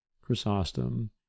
Chrysostom